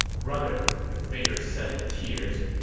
brother, the figure said in tears.